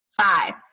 Five